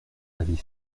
avis